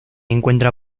encuentra